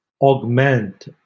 augment